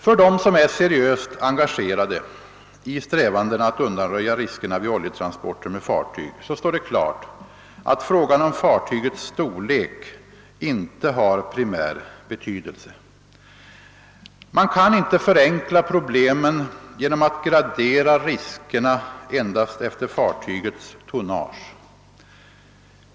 För dem som är seriöst engagerade i strävandena att undanröja riskerna vid oljetransporter med fartyg står det klart att frågan om fartygets storlek inte har primär betydelse. Man kan inte förenkla problemen genom att gradera riskerna endast efter fartygets tonnage.